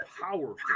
powerful